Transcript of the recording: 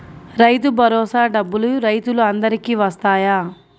రైతు భరోసా డబ్బులు రైతులు అందరికి వస్తాయా?